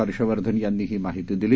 हर्षवर्धनयांनीहीमाहितीदिली